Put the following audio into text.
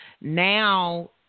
now